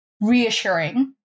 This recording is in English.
reassuring